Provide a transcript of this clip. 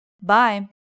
bye